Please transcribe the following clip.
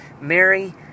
Mary